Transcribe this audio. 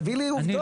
תביא לי עובדות.